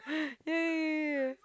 yeah yeah yeah yeah yeah